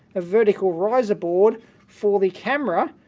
a vertical riser board for the camera,